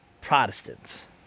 Protestants